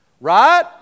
Right